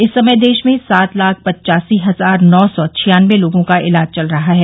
इस समय देश में सात लाख पचासी हजार नौ सौ छियानबे लोगों का इलाज चल रहा है